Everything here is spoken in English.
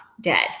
dead